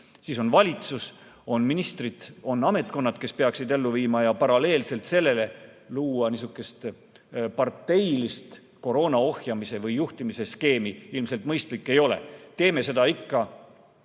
siis on valitsus, on ministrid, on ametkonnad, kes peaksid seda ellu viima. Paralleelselt sellega luua niisugust parteilist koroona ohjamise või juhtimise skeemi ilmselt mõistlik ei ole. Teeme seda ikka